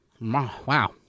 Wow